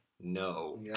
no